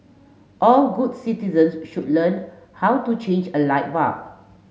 all good citizens should learn how to change a light bulb